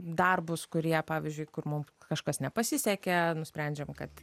darbus kurie pavyzdžiui kur mums kažkas nepasisekė nusprendžiame kad